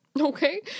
Okay